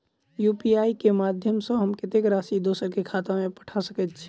UPI केँ माध्यम सँ हम कत्तेक राशि दोसर केँ खाता मे पठा सकैत छी?